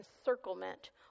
encirclement